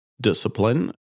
discipline